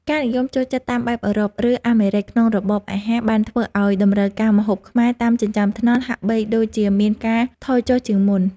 ការនិយមចូលចិត្តតាមបែបអឺរ៉ុប ឬអាមេរិកក្នុងរបបអាហារបានធ្វើឲ្យតម្រូវការម្ហូបខ្មែរតាមចិញ្ចើមថ្នល់ហាក់បីដូចជាមានការថយចុះជាងមុន។